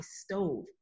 stove